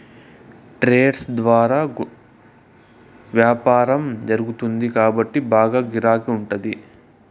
trades ల గుండా యాపారం జరుగుతుంది కాబట్టి బాగా గిరాకీ ఉంటాది